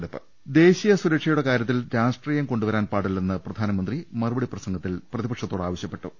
രുട്ടിട്ട്ട്ട്ട്ട്ട്ട ദേശീയ സുരക്ഷയുടെ കാര്യത്തിൽ രാഷ്ട്രീയം കൊണ്ടുവരാൻ പാടി ല്ലെന്ന് പ്രധാനമന്ത്രി മറുപടി പ്രസംഗത്തിൽ പ്രതിപക്ഷത്തോട് ആവശ്യപ്പെ ട്ടു